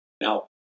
Now